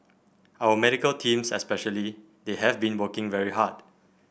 our medical teams especially they have been working very hard